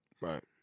Right